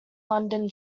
london